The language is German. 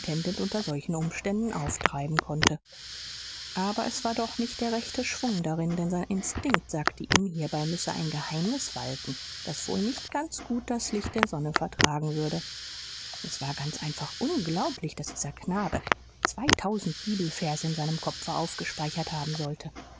unter solchen umständen auftreiben konnte aber es war doch nicht der rechte schwung darin denn sein instinkt sagte ihm hierbei müsse ein geheimnis walten das wohl nicht ganz gut das licht der sonne vertragen würde es war ganz einfach unglaublich daß dieser knabe zweitausend bibelverse in seinem kopfe aufgespeichert haben sollte